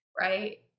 right